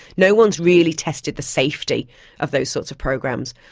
no one has really tested the safety of those sorts of programs,